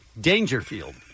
Dangerfield